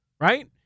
right